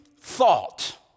thought